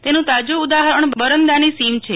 તેનું તાજું ઉદાહરણ બરંદાની સીમ છે